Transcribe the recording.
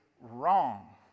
wrong